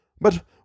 But